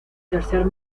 tercer